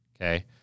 okay